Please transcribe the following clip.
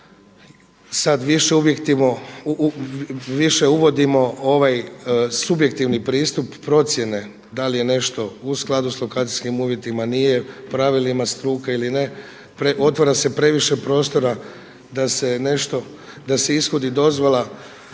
sada više uvodimo ovaj subjektivni pristup procjene da li je nešto u skladu sa lokacijskim uvjetima, nije, pravilima struke ili ne, otvara se previše prostora da se ishodi dozvola